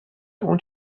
اون